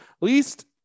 Least